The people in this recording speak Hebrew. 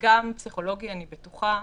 גם פסיכולוגי, אני בטוחה,